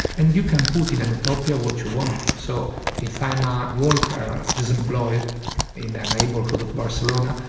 and you can put in and a utopia what you want. so if i am a worker that is employed in a neighbourhood of barcelona,